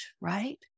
right